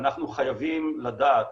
ואנחנו חייבים לדעת